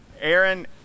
Aaron